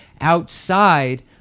outside